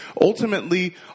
ultimately